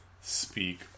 speak